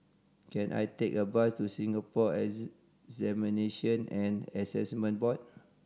can I take a bus to Singapore Examination and Assessment Board